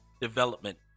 development